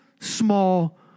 small